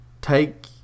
Take